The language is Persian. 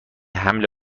حمل